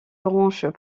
branches